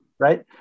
Right